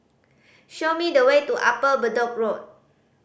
show me the way to Upper Bedok Road